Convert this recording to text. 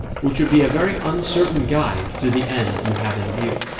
which would be a very uncertain guide to the end you have in view.